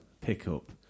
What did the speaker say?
pickup